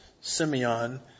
Simeon